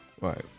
right